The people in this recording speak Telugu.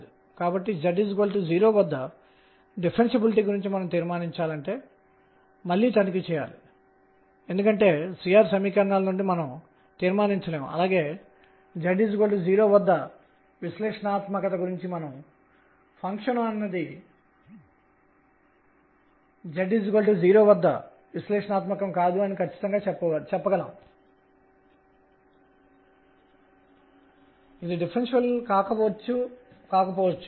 కాబట్టి 3 డైమెన్షన్లో కదిలే కణం యొక్క కోణీయ వేగం ఏమిటో చూద్దాం ఇది r mv దీనిని mrr×rrrrsinθ గా వ్రాయగలము